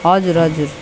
हजुर हजुर